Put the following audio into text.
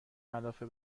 ملافه